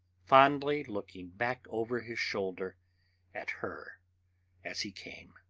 fondly looking back over his shoulder at her as he came.